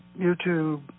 YouTube